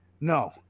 No